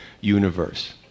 universe